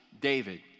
David